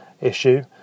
issue